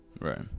right